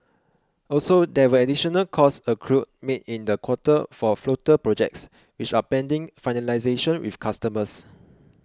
also there were additional cost accruals made in the quarter for floater projects which are pending finalisation with customers